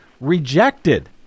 rejected